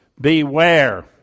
Beware